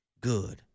good